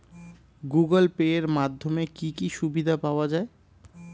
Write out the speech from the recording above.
Google Pay এর মাধ্যমে কি কি সুবিধা পাওয়া যায়?